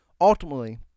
Ultimately